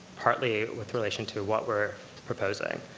partly with relation to what we're proposing.